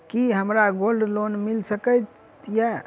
की हमरा gold loan मिल सकैत ये?